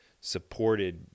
supported